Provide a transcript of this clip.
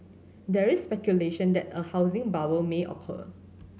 there is speculation that a housing bubble may occur